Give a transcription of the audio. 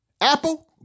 Apple